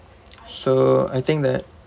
so I think that